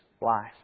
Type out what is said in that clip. life